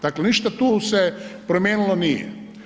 Dakle, ništa tu se promijenilo nije.